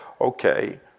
okay